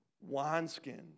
wineskin